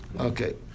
Okay